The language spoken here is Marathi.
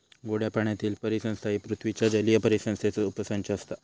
गोड्या पाण्यातीली परिसंस्था ही पृथ्वीच्या जलीय परिसंस्थेचो उपसंच असता